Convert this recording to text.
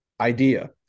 idea